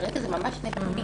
כרגע זה ממש לא מעוגן.